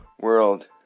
world